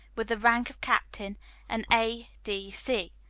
with the rank of captain and a. d. c.